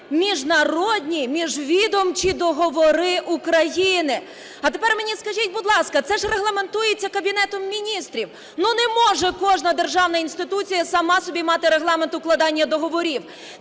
міжнародні міжвідомчі договори України. А тепер мені скажіть, будь ласка, це ж регламентується Кабінетом Міністрів. Ну не може кожна державна інституція сама собі мати Регламент укладання договорів.